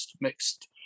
mixed